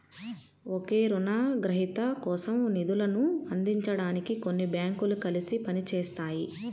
ఒకే రుణగ్రహీత కోసం నిధులను అందించడానికి కొన్ని బ్యాంకులు కలిసి పని చేస్తాయి